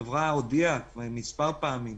החברה הודיעה מספר פעמים,